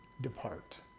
depart